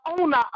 owner